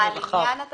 אתה מדבר על בעל עניין?